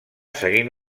seguint